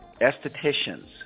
estheticians